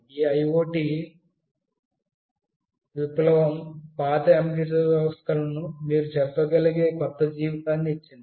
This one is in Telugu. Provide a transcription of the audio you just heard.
ఈ IoT విప్లవం పాత ఎంబెడెడ్ వ్యవస్థలకు మీరు చెప్పగలిగే కొత్త జీవితాన్ని ఇచ్చింది